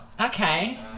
okay